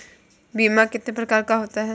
बीमा कितने प्रकार का होता है?